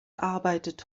arbeitet